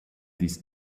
these